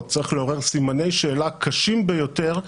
צריך לעורר סימני שאלה קשים ביותר,